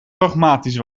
pragmatisch